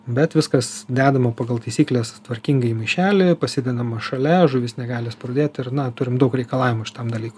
bet viskas dedama pagal taisykles tvarkingai į maišelį pasidedama šalia žuvis negali spurdėt ir na turim daug reikalavimų šitam dalykui